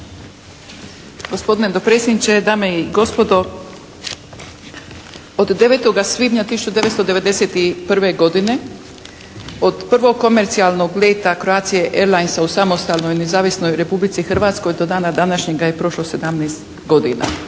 Gospodine dopredsjedniče, dame i gospodo. Od 9. svibnja 1991. godine od prvog komercijalnog leta Croatia airlinesa u samostalnoj nezavisnoj Republici Hrvatskoj do dana današnjega je prošlo 17 godina